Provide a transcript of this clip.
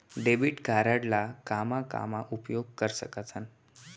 Debit card ला कामा कामा उपयोग कर सकथन?